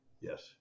yes